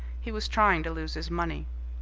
he was trying to lose his money.